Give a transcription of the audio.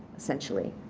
essentially.